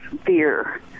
fear